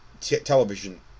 television